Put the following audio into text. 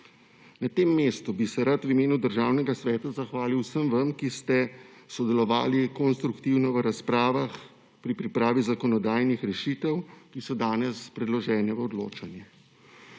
Na tem mestu bi se rad v imenu Državnega sveta zahvalil vsem vam, ki ste sodelovali konstruktivno v razpravah, pri pripravi zakonodajnih rešitev, ki so danes predložene v odločanje.